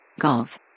Golf